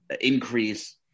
increase